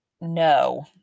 No